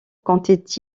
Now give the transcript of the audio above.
comptait